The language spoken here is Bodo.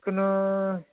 जिखुनु